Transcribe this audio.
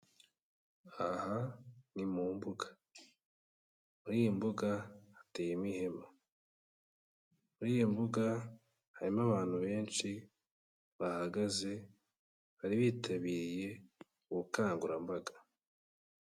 Aha ni mu mbuga, muri iyi mbuga hateyemoihema, muri yi mbuga harimo abantu benshi bahagaze bari bitabiriye ubukangurambaga.